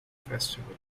festival